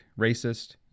racist